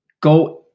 go